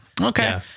Okay